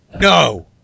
No